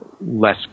less